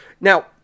now